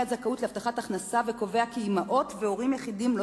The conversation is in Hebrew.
הזכאות להבטחת הכנסה וקובע כי אמהות והורים יחידים לא